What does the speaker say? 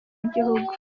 w’igihugu